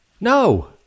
no